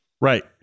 Right